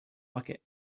bucket